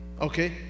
okay